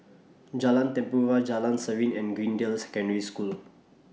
Jalan Tempua Jalan Serene and Greendale Secondary School